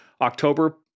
October